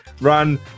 Run